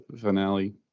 finale